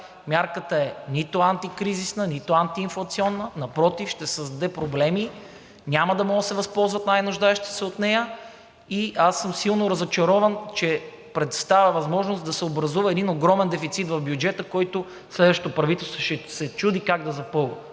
мярката нито е антикризисна, нито антиинфлационна. Напротив, ще създаде проблеми. Няма да може да се възползват най-нуждаещите се от нея и аз съм силно разочарован, че предоставя възможност да се образува един огромен дефицит в бюджета, който следващото правителство ще се чуди как да запълва.